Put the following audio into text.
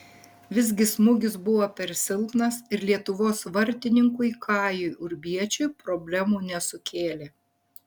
visgi smūgis buvo per silpnas ir lietuvos vartininkui kajui urbiečiui problemų nesukėlė